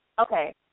Okay